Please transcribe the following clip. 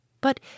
But